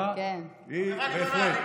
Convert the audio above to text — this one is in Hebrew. עבירה גדולה.